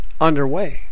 underway